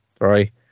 right